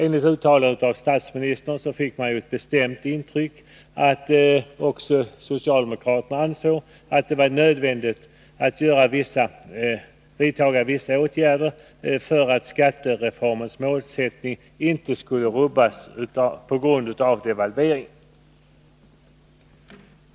Efter ett uttalande av statsministern fick man ett bestämt intryck av att också socialdemokraterna ansåg att det var nödvändigt att vidta vissa åtgärder för att skattereformens målsättning inte skulle rubbas på grund av devalveringen.